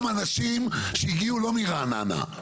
אנשים שהגיעו לא מרעננה,